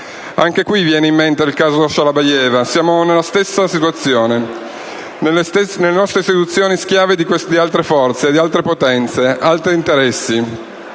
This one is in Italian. Anche qui viene in mente il caso Shalabayeva, siamo nella stessa situazione: le nostre istituzioni schiave di altre forze, altre potenze, altri interessi.